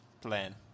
plan